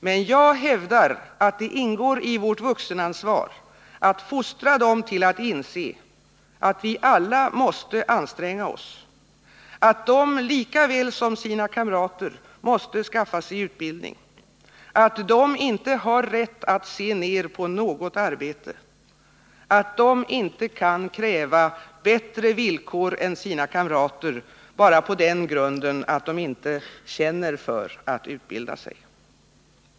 Men jag hävdar att det ingår i vårt vuxenansvar att fostra dem till att inse att vi alla måste anstränga oss, att de lika väl som sina kamrater måste skaffa sig utbildning, att de inte har rätt att se ned på något arbete, att de inte kan kräva bättre villkor än sina kamrater bara på den grunden att de inte ”känner för” att utbilda sig.